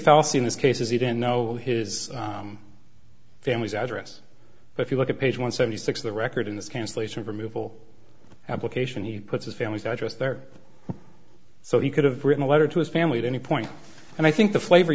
fallacy in this case is he didn't know his family's address but if you look at page one seventy six the record in this cancellation of removal application he put his family's address there so he could have written a letter to his family at any point and i think the flavor